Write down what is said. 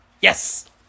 Yes